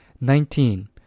Nineteen